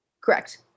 Correct